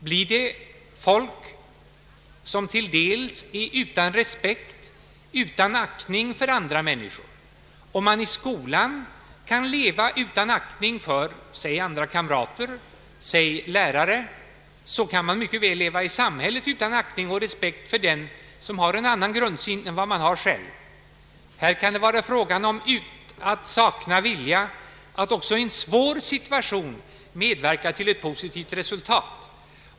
Blir det folk som till dels är utan respekt, utan aktning för andra människor? Om man i skolan kan leva utan aktning för kamrater och lärare, kan man mycket väl leva i samhället utan aktning och respekt för den som har en annan grundsyn än den man har själv. Här kan det vara fråga om att sakna vilja att också i en svår situation medverka till ett positivt resultat.